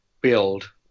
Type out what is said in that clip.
build